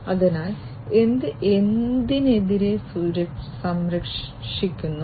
അതിനാൽ എന്തിനെതിരെ സംരക്ഷിക്കുന്നു